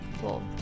Cool